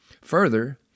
Further